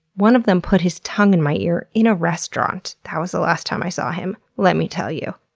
one of them put his tongue in my ear in a restaurant. that was the last time i saw him. let me tell you,